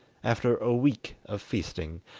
after a week of feasting,